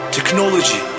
Technology